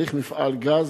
צריך מפעל גז,